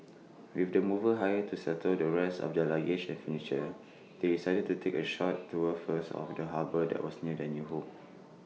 with the movers hired to settle the rest of their luggage and furniture they decided to take A short tour first of the harbour that was near their new home